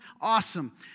Awesome